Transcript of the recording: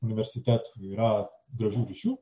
universitetų yra gražių ryšių